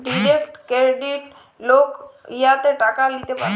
direct credit লক উয়াতে টাকা ল্যিতে পারে